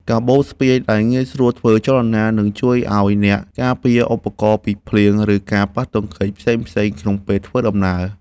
កាបូបស្ពាយដែលងាយស្រួលធ្វើចលនា នឹងជួយឱ្យអ្នកការពារឧបករណ៍ពីភ្លៀង ឬការប៉ះទង្គិចផ្សេងៗក្នុងពេលធ្វើដំណើរ។